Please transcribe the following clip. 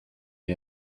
you